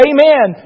Amen